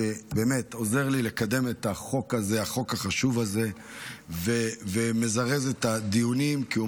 שעוזר לי לקדם את החוק החשוב הזה ומזרז את הדיונים כי הוא